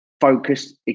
focused